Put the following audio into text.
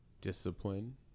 discipline